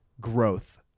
growth